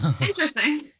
Interesting